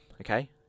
Okay